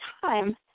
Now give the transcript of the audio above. time